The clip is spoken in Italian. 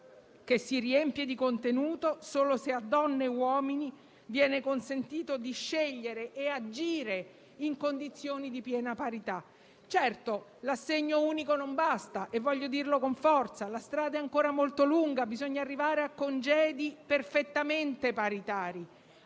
che si riempie di contenuto solo se a donne e uomini viene consentito di scegliere e agire in condizioni di piena parità. Certo, l'assegno unico non basta, e voglio dirlo con forza; la strada è ancora molto lunga, bisogna arrivare a congedi perfettamente paritari,